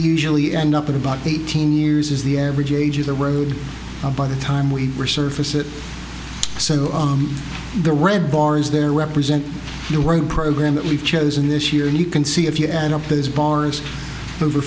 usually end up at about eighteen years is the average age of the road by the time we were surface it so the red bars there represent the road program that we've chosen this year and you can see if you end up those bars over